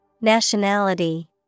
Nationality